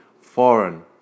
foreign